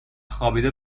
خوابیده